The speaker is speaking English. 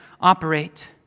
operate